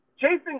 Jason